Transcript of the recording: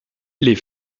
les